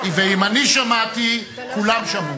גם שמעתי.